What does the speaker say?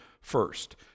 first